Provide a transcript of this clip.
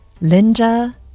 Linda